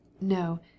No